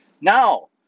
Now